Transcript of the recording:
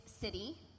city